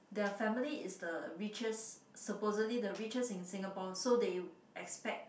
the family is the richest supposedly the richest in Singapore so they expect